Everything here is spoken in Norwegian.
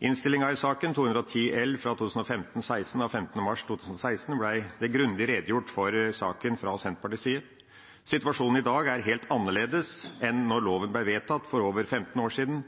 I innstillinga i saken, 210 L for 2015–2016 av 15. mars 2016, ble det grundig redegjort for saken fra Senterpartiets side. Situasjonen i dag er helt annerledes enn da loven ble vedtatt, for over 10 år siden.